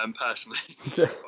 personally